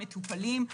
מטופלים.